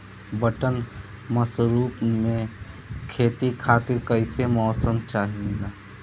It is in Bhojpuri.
बटन मशरूम के खेती खातिर कईसे मौसम चाहिला?